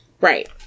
right